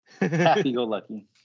Happy-go-lucky